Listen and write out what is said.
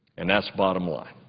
and that's bottom line.